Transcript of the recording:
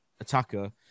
attacker